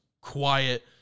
quiet